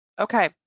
Okay